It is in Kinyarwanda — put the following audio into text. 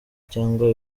cyangwa